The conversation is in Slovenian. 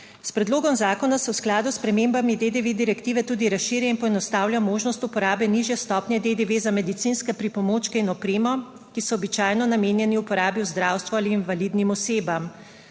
S predlogom zakona se v skladu s spremembami DDV direktive tudi razširja in poenostavlja možnost uporabe nižje stopnje DDV za medicinske pripomočke in opremo, ki so običajno namenjeni uporabi v zdravstvu ali invalidnim osebam.